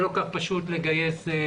זה לא כל כך פשוט לגייס עובדים.